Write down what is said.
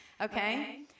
Okay